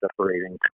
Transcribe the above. separating